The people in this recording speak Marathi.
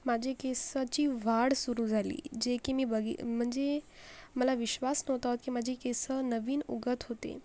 माझे केसाची वा ढ सुरु झाली जे की मी बगि म्हणजे मला विश्वास नव्हता की माझे केस नवीन उगवत होते